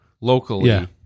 locally